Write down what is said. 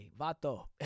Vato